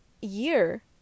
year